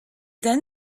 then